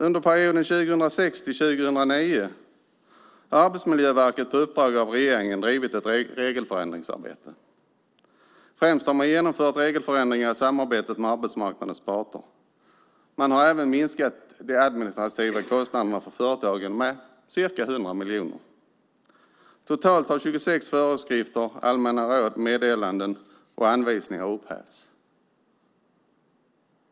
Under perioden 2006-2009 har Arbetsmiljöverket på uppdrag av regeringen drivit ett regelförändringsarbete. Främst har man genomfört regelförändringar i samarbete med arbetsmarknadens parter. Man har även minskat de administrativa kostnaderna för företagen med ca 100 miljoner. Totalt har 26 föreskrifter, allmänna råd, meddelanden och anvisningar upphävts.